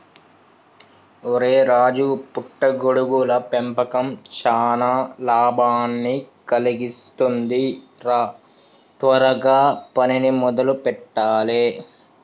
ఒరై రాజు పుట్ట గొడుగుల పెంపకం చానా లాభాన్ని కలిగిస్తుంది రా త్వరగా పనిని మొదలు పెట్టాలే